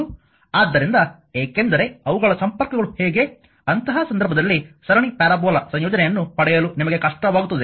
ಆದ್ದರಿಂದ ಏಕೆಂದರೆ ಅವುಗಳ ಸಂಪರ್ಕಗಳು ಹೇಗೆ ಅಂತಹ ಸಂದರ್ಭದಲ್ಲಿ ಸರಣಿ ಪ್ಯಾರಾಬೋಲಾ ಸಂಯೋಜನೆಯನ್ನು ಪಡೆಯಲು ನಿಮಗೆ ಕಷ್ಟವಾಗುತ್ತದೆ